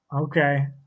Okay